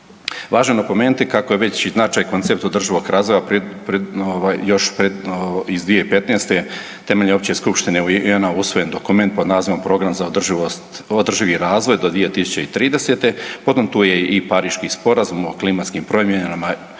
Važno je napomenuti kako je već i značaj i koncept održivog razvoja ovaj još iz 2015. temeljem Opće skupštine UN-a usvojen dokument pod nazivom Program za održivi razvoj do 2030. potom tu je i Pariški sporazum o klimatskim promjenama iz